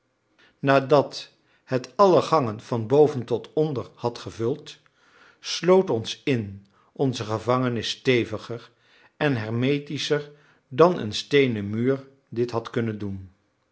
nadat het alle gangen van boven tot onder had gevuld sloot ons in onze gevangenis steviger en hermetischer dan een steenen muur dit had kunnen doen